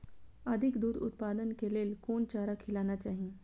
अधिक दूध उत्पादन के लेल कोन चारा खिलाना चाही?